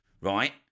right